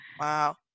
wow